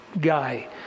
guy